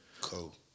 Cool